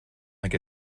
think